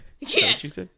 Yes